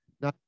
Now